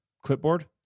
clipboard